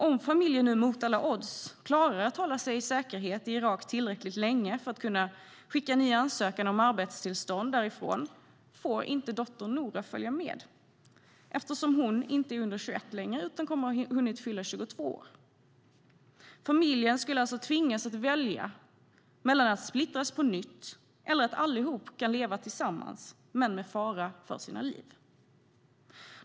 Om familjen nu mot alla odds klarar att hålla sig i säkerhet i Irak tillräckligt länge för att kunna skicka en ny ansökan om arbetstillstånd därifrån får dottern Noora inte följa med eftersom hon inte är under 21 längre utan kommer att ha hunnit fylla 22. Familjen skulle alltså tvingas att välja mellan att splittras på nytt eller att kunna leva tillsammans allihop men med fara för sina liv.